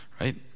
Right